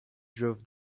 drove